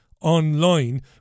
online